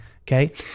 okay